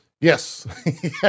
yes